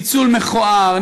ניצול מכוער,